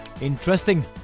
Interesting